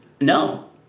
No